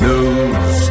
News